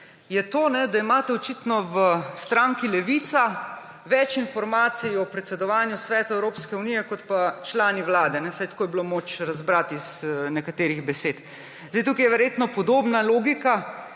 Je to, da imate očitno v stranki Levica več informacij o predsedovanju Svetu Evropske unije kot pa člani vlade, vsaj tako je bilo moč razbrati iz nekaterih besed. Tukaj je verjetno podobna logika,